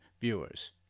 viewers